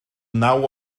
naw